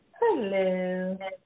Hello